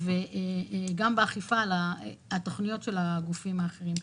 וגם באכיפה על התוכניות של הגופים האחרים.